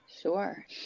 Sure